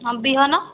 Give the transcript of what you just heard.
ହଁ ବିହନ